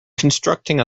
constructing